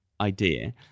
idea